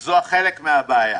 זה חלק מהבעיה,